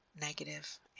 negative